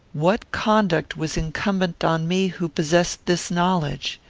what conduct was incumbent upon me who possessed this knowledge?